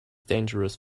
dangerous